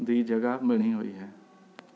ਦੀ ਜਗ੍ਹਾ ਬਣੀ ਹੋਈ ਹੈ